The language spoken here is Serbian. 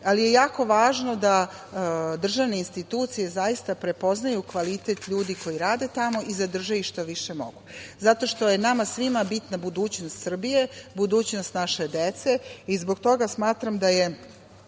ali je ako je važno da državne institucije zaista prepoznaju kvalitet ljudi koji rade tamo i zadrže ih što više mogu. Zato što je nama svima bitna budućnost Srbije, budućnost naše dece i zbog toga smatram da je